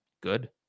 Good